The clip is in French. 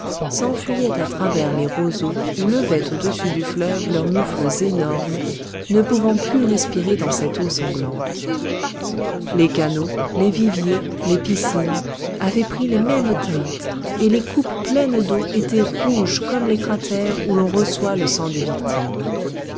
s'enfuyaient à travers les roseaux ou levaient au-dessus du fleuve leurs mufles énormes ne pouvant plus respirer dans cette eau sanglante les canaux les viviers les piscines avaient pris les mêmes teintes et les coupes pleines d'eau étaient rouges comme les cratères où l'on reçoit le sang des victimes